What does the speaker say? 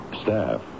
Staff